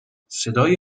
صدای